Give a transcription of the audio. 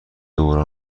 دوباره